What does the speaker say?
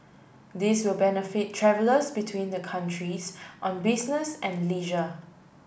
this will benefit travellers between the countries on business and leisure